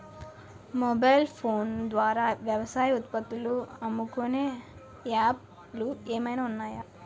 Mobile phone ద్వారా వ్యవసాయ ఉత్పత్తులు అమ్ముకునే యాప్ లు ఏమైనా ఉన్నాయా?